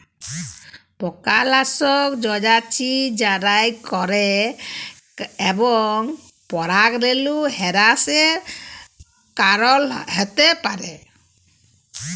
পকালাসক মমাছি মারাই ক্যরে এবং পরাগরেলু হেরাসের কারল হ্যতে পারে